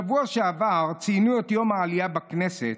בשבוע שעבר ציינו את יום העלייה בכנסת,